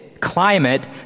Climate